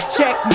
Check